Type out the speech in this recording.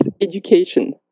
education